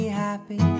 happy